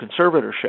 conservatorship